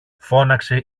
φώναξε